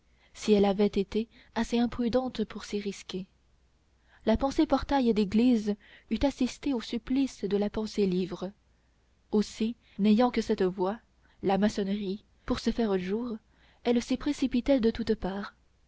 si elle avait été assez imprudente pour s'y risquer la pensée portail d'église eût assisté au supplice de la pensée livre aussi n'ayant que cette voie la maçonnerie pour se faire jour elle s'y précipitait de toutes parts